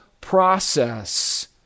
process